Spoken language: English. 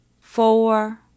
four